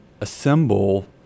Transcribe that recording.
assemble